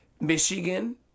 Michigan